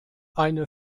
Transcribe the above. eine